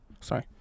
Sorry